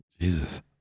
Jesus